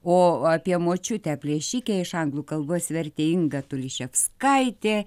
o apie močiutę plėšikę iš anglų kalbos vertė inga tuliševskaitė